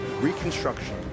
Reconstruction